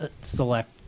Select